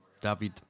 David